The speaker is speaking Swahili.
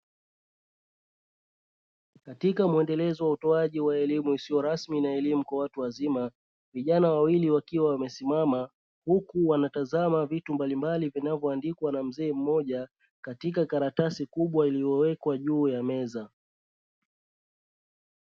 Katika mwendelezo wa utoaji wa elimu isiyo rasmi na elimu kwa watu wazima, vijana wawili wakiwa wamesimama huku wanatazama vitu mbalimbali vinavyo andikwa na mzee mmoja katika karatasi kubwa iliyo wekwa juu ya meza.